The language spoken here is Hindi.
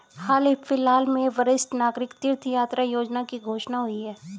हाल फिलहाल में वरिष्ठ नागरिक तीर्थ यात्रा योजना की घोषणा हुई है